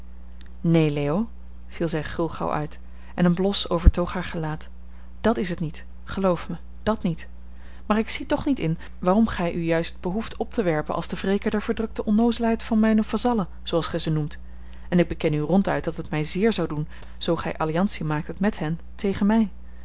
neen leo viel zij gulgauw uit en een blos overtoog haar gelaat dàt is het niet geloof mij dàt niet maar ik zie toch niet in waarom gij u juist behoeft op te werpen als de wreker der verdrukte onnoozelheid van mijne vazallen zooals gij ze noemt en ik beken u ronduit dat het mij zeer zou doen zoo gij alliantie maaktet met hen tegen mij